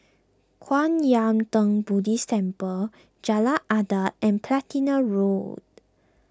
Kwan Yam theng Buddhist Temple Jalan Adat and Platina Road